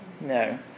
No